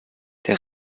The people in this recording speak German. der